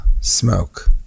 smoke